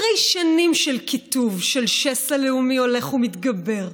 אחרי שנים של קיטוב, של שסע לאומי הולך ומתגבר,